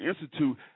Institute